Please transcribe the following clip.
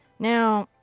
now,